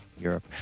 Europe